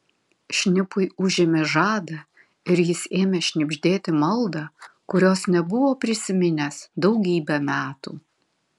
šnipui užėmė žadą ir jis ėmė šnibždėti maldą kurios nebuvo prisiminęs daugybę metų